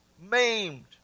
maimed